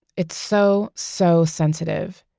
it's so, so sensitive.